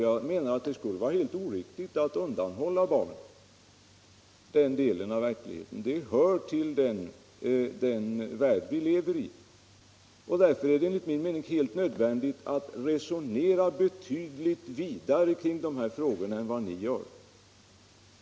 Jag menar att det skulle vara helt oriktigt att undanhålla barnen den delen av verkligheten — den hör till den värld vi lever i. Därför är det enligt min mening nödvändigt att resonera betydligt vidare kring dessa frågor än vad ni gör.